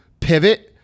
pivot